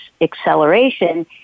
Acceleration